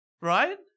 Right